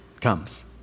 comes